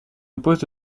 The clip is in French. impose